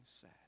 sad